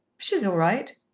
she's all right.